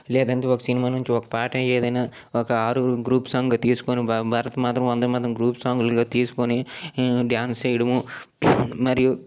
లేదంటే ఒక సినిమా నుంచి ఒక పాట ఏదైనా ఒక ఆరుగురం గ్రూప్ సాంగ్ తీసుకోని భారత మాత వందేమాతరం గ్రూప్ సాంగులుగా తీసుకోని డ్యాన్స్ వేయడము మరియు